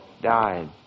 died